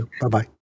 Bye-bye